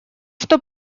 что